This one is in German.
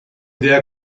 der